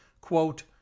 quote